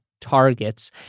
targets